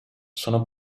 sono